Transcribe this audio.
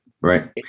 Right